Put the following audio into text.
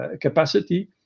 capacity